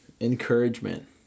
encouragement